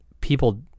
people